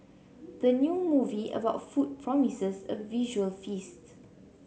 the new movie about food promises a visual feasts